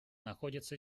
находится